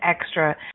extra